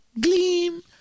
Gleam